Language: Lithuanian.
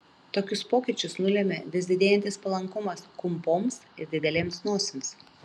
tokius pokyčius nulėmė vis didėjantis palankumas kumpoms ir didelėms nosims